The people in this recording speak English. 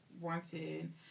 wanted